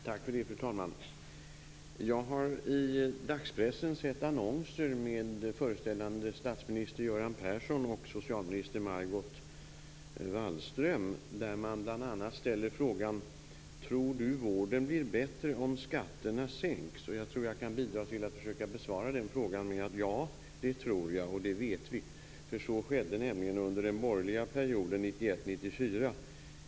Fru talman! Jag har i dagspressen sett annonser föreställande statsminister Göran Persson och socialminister Margot Wallström där man bl.a. ställer frågan: Tror du vården blir bättre om skatterna sänks? Jag tror att jag kan bidra till att besvara den frågan med att säga: Ja, det tror jag och det vet vi, för så skedde under den borgerliga perioden 1991-94.